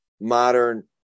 modern